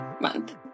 month